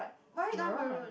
why you don't want Maroon